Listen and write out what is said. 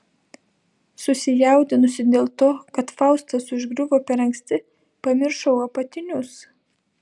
susijaudinusi dėl to kad faustas užgriuvo per anksti pamiršau apatinius